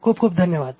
खूप खूप धन्यवाद